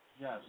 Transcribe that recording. Yes